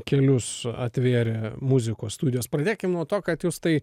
kelius atvėrė muzikos studijos pradėkim nuo to kad jūs tai